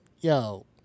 Yo